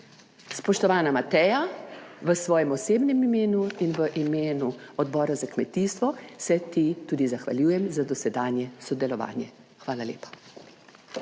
Spoštovana Mateja, v svojem osebnem imenu in v imenu Odbora za kmetijstvo se ti tudi zahvaljujem za dosedanje sodelovanje. Hvala lepa.